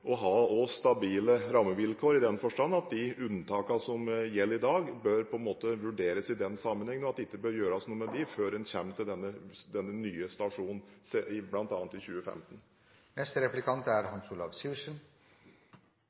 å ha stabile rammevilkår, i den forstand at de unntakene som gjelder i dag, bør vurderes i den sammenheng, og at det ikke bør gjøres noe med dem før en kommer til denne nye stasjonen, bl.a. i 2015. Utfordringen for regjeringen og regjeringspartiene har vel vært velgernes erfaringer med hvordan man har håndtert ulike avgifter på dette området. Dieselavgiften er